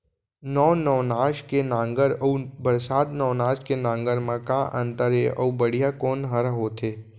नौ नवनास के नांगर अऊ बरसात नवनास के नांगर मा का अन्तर हे अऊ बढ़िया कोन हर होथे?